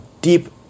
deep